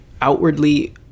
outwardly